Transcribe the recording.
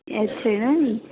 याद छैन नि